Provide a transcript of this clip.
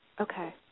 Okay